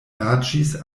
naĝis